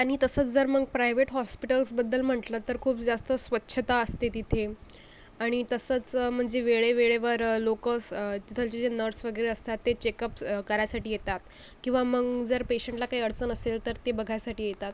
आणि तसंच जर मग प्रायव्हेट हॉस्पिटल्सबद्दल म्हटलं तर खूप जास्त स्वच्छता असते तिथे आणि तसंच म्हणजे वेळेवेळेवर लोक स तिथलचे जे नर्स वगैरे असतात ते चेकअप करायसाठी येतात किंवा मग जर पेशंटला काही अडचण असेल तर ते बघायसाठी येतात